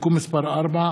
(תיקון מס' 4),